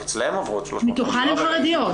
רק אצלן עוברות 350. מתוכן הן חרדיות.